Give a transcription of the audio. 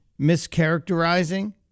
mischaracterizing